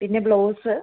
പിന്നെ ബ്ലൗസ്